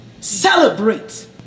celebrate